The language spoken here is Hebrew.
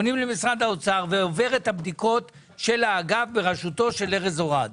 וזה עובר את הבדיקות של האגף בראשות ארז אורעד.